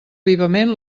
vivament